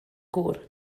gŵr